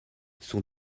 son